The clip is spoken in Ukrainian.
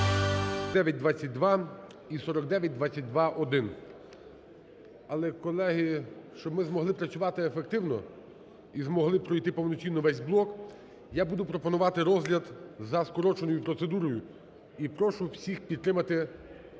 (4922 і 4922-1). Але, колеги, щоб ми змогли працювати ефективно і змогли пройти повноцінно весь блоку, я буду пропонувати розгляд за скороченою процедурою. І прошу всіх підтримати,